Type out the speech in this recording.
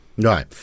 Right